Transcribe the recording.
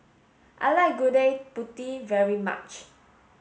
I like Gudeg Putih very much